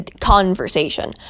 conversation